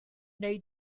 wnei